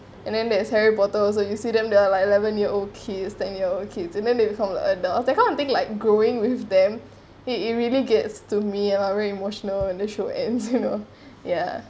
and then there's harry potter also you see them there are like eleven year old kids ten year old kids and then they turn adults that kind of think like growing with them it it really gets to me and I really emotional in the show and you know ya